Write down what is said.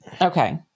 Okay